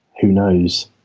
who knows?